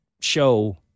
show